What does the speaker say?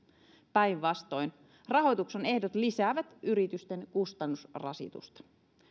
päinvastoin rahoituksen ehdot lisäävät yritysten kustannusrasitusta